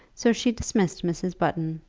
so she dismissed mrs. button,